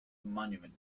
monument